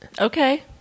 Okay